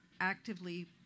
actively